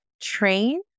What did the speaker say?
train